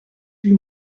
huit